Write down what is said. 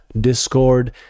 discord